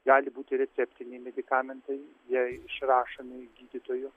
gali būti receptiniai medikamentai jie išrašomi gydytojų